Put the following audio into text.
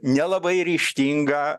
nelabai ryžtingą